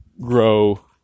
grow